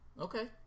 Okay